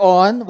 on